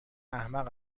احمق